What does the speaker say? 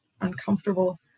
uncomfortable